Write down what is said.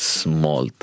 small